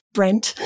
Brent